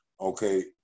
okay